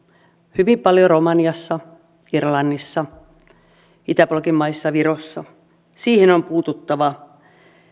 hyvin paljon romaniassa irlannissa itäblokin maissa virossa siihen on puututtava